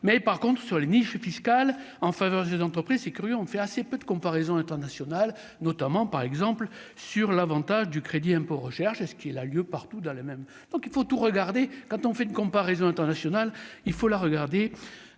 mais par contre sur les niches fiscales en faveur des entreprises, c'est curieux, on fait assez peu de comparaisons internationales, notamment par exemple sur l'Avantage du crédit impôt recherche et ce qu'elle a lieu partout dans les même donc il faut tout regarder, quand on fait une comparaison internationale, il faut la regarder